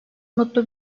mutlu